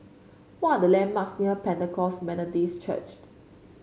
what are the landmarks near Pentecost Methodist Church